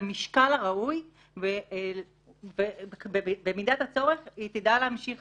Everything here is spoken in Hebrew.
המשקל הראוי ובמידת הצורך היא תדע להמשיך